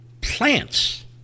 Plants